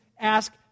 ask